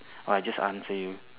!wah! just answer you